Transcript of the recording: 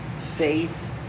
faith